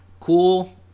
Cool